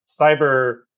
cyber